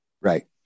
Right